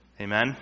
Amen